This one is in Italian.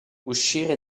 uscire